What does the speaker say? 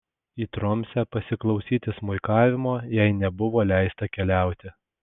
į tromsę pasiklausyti smuikavimo jai nebuvo leista keliauti